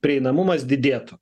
prieinamumas didėtų